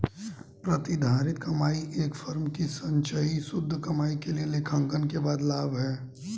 प्रतिधारित कमाई एक फर्म की संचयी शुद्ध कमाई के लिए लेखांकन के बाद लाभ है